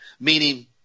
meaning